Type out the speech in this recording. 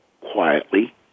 quietly